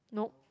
nope